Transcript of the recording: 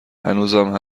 هنوزم